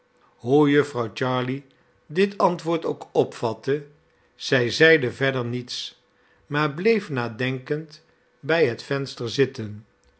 hoe jufvrouw jarley dit antwoord ook opvatte zij zeide verder niets maar bleef nadenkend bij het venster zitten